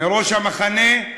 מראש המחנה: